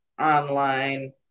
online